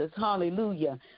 hallelujah